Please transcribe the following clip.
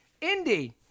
Indy